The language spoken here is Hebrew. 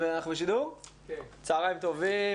צהריים טובים,